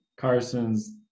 Carson's